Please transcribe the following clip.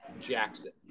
jackson